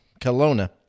Kelowna